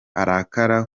arakara